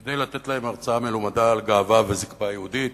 כדי לתת להם הרצאה מלומדה על גאווה וזקפה יהודית,